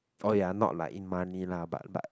oh ya not like in money lah but like